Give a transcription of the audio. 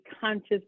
conscious